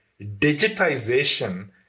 digitization